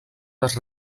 les